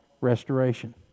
restoration